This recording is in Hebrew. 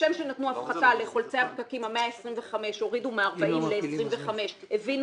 כשם שנתנו הפחתה לחולצי הפקקים כאשר מ-40 הורידו ל-25 כי הבינו